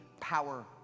power